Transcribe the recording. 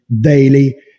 daily